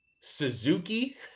Suzuki